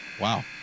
Wow